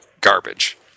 garbage